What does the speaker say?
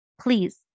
Please